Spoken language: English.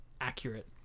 accurate